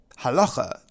halacha